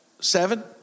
Seven